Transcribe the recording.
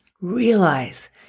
Realize